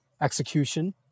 execution